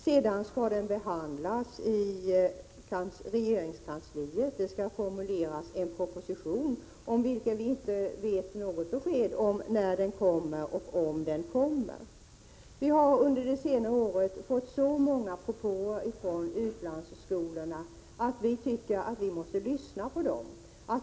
Sedan skall den behandlas i regeringskansliet. Det skall formuleras en proposition, om vilken vi inte har något besked beträffande om och när den kommer. Vi har under det senaste året fått många propåer från utlandsskolorna. Vi tycker att vi måste lyssna på dem.